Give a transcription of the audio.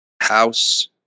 house